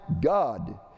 God